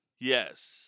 Yes